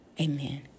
Amen